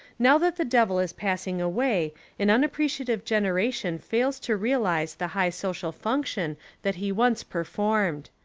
now that the devil is passing away an un appreciative generation fails to realise the high social function that he once performed.